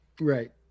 Right